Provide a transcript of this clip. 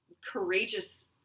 courageous